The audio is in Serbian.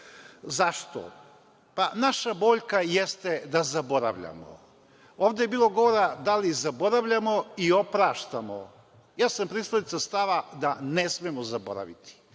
Pa, naša boljka jeste da zaboravljamo. Ovde je bilo govora da li zaboravljamo i opraštamo. Ja sam pristalica stava da ne smemo zaboraviti.